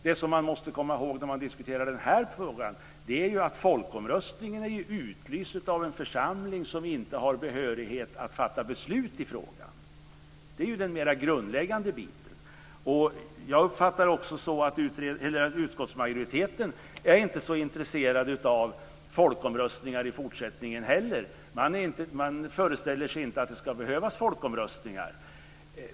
Det som man ska komma ihåg när man diskuterar denna fråga är ju att folkomröstningen är utlyst av en församling som inte har behörighet att fatta beslut i frågan. Det är den grundläggande biten. Jag uppfattar det också så att utskottsmajoriteten inte heller är så intresserad av folkomröstningar i fortsättningen. Man föreställer sig att det inte ska behövas folkomröstningar.